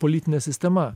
politinė sistema